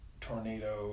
Tornado